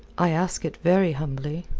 i ask it very humbly.